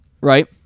right